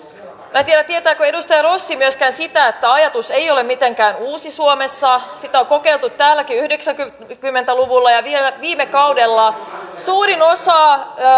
tai tietääkö edustaja rossi myöskään sitä että ajatus ei ole mitenkään uusi suomessa sitä on kokeiltu täälläkin yhdeksänkymmentä luvulla ja vielä viime kaudella suurin osa